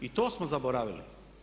I to smo zaboravili.